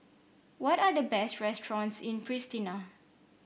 what are the best restaurants in Pristina